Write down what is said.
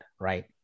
Right